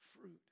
fruit